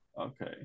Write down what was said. Okay